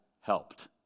helped